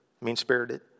mean-spirited